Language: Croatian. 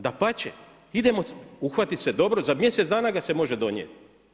Dapače, idemo uhvatiti se dobro, za mjesec dana ga se može donijeti.